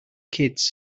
kids